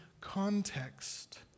context